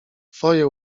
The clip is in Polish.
twoje